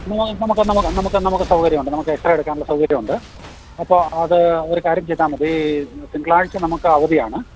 നമുക്ക് നമുക്ക് നമുക്ക് നമുക്ക് സൗകര്യമുണ്ട് നമുക്ക് എക്സ്റേ എടുക്കാനുള്ള സൗകര്യമുണ്ട് അപ്പോൾ അത് ഒരു കാര്യം ചെയ്താൽ മതി തിങ്കളാഴ്ച നമുക്ക് അവധിയാണ്